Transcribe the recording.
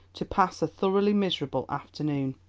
to pass a thoroughly miserable afternoon.